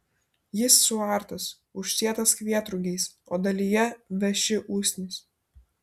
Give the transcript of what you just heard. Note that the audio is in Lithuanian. jis suartas užsėtas kvietrugiais o dalyje veši usnys